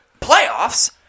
Playoffs